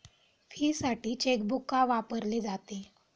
फीसाठी चेकबुक का वापरले जाते?